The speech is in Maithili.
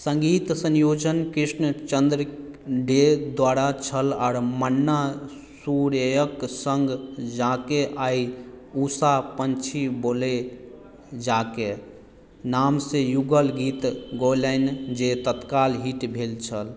संगीत संयोजन कृष्ण चंद्र डे द्वारा छल आर मन्ना सूर्यक सङ्ग जाके आइ उषा पँछी बोले जाके नामसँ युगल गीत गौलनि जे तत्काल हिट भेल छल